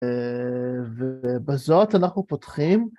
ובזאת אנחנו פותחים...